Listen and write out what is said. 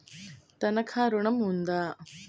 తనఖా ఋణం ఉందా?